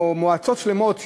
מועצות שלמות,